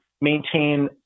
maintain